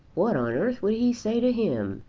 what on earth would he say to him?